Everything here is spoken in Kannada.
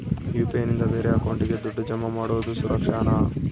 ಯು.ಪಿ.ಐ ನಿಂದ ಬೇರೆ ಅಕೌಂಟಿಗೆ ದುಡ್ಡು ಜಮಾ ಮಾಡೋದು ಸುರಕ್ಷಾನಾ?